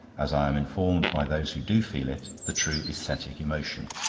as i am informed by those who do feel it, the true aesthetic emotion.